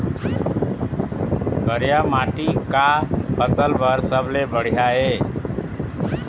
करिया माटी का फसल बर सबले बढ़िया ये?